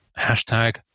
hashtag